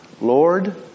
Lord